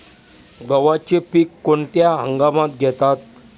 गव्हाचे पीक कोणत्या हंगामात घेतात?